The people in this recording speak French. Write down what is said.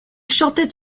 chantaient